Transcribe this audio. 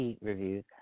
reviews